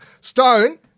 Stone